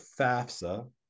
FAFSA